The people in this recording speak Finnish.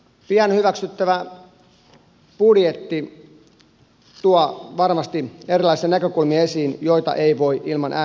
pian hyväksyttävä budjetti tuo varmasti esiin erilaisia näkökulmia joita ei voi ilman äänestystä hyväksyä